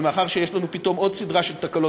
אבל מאחר שיש לנו פתאום עוד סדרה של תקלות,